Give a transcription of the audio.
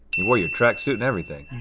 you wore your tracksuit and everything.